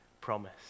promise